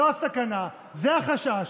זו הסכנה, זה החשש.